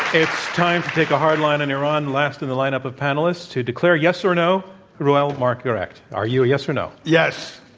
it's time to take a hard line on iran. last in the line-up of panelists to declare yes or no, marc reuel marc gerecht. are you a yes or no? yes.